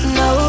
no